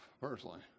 personally